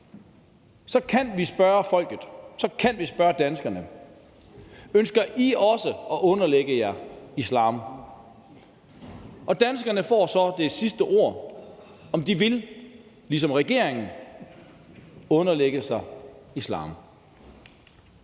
Så kan vi spørge folket, så kan vi spørge danskerne: Ønsker i også at underlægge jer islam? Og danskerne får så det sidste ord, altså om de ligesom regeringen vil underlægge sig islam.